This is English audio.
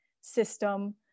system